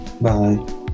Bye